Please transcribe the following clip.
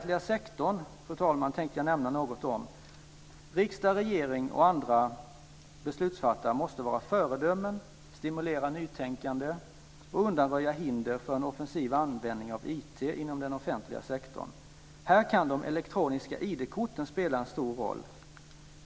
Jag tänkte nämna något om den offentliga sektorn. Riksdag, regering och andra beslutsfattare måste vara föredömen, stimulera nytänkande och undanröja hinder för en offensiv användning av IT inom den offentliga sektorn. Här kan de elektroniska ID-korten spela en stor roll.